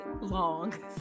long